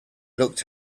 looked